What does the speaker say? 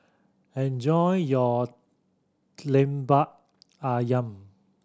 enjoy your Lemper Ayam